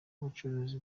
bacuranzi